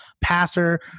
passer